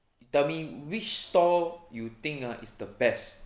you tell me which store you think ah is the best